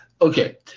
Okay